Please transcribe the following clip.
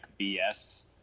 BS